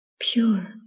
Pure